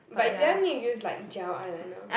but do I need use like gel eyeliner